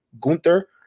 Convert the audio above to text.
Gunther